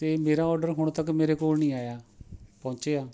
ਅਤੇ ਮੇਰਾ ਆਰਡਰ ਹੁਣ ਤੱਕ ਮੇਰੇ ਕੋਲ ਨਹੀਂ ਆਇਆ ਪਹੁੰਚਿਆ